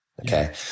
Okay